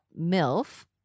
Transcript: milf